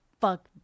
fuck